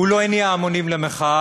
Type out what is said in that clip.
הוא לא הניע המונים למחאה,